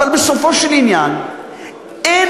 אבל בסופו של עניין אין,